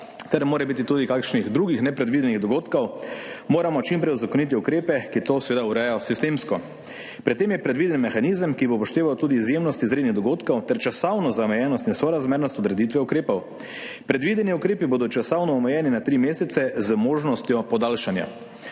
ter morebiti tudi kakšnih drugih nepredvidenih dogodkov moramo čim prej uzakoniti ukrepe, ki to urejajo sistemsko. Pri tem je predviden mehanizem, ki bo upošteval tudi izjemnost izrednih dogodkov ter časovno omejenost in sorazmernost odreditve ukrepov. Predvideni ukrepi bodo časovno omejeni na tri mesece z možnostjo podaljšanja